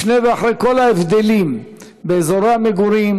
לפני ואחרי כל ההבדלים באזורי המגורים,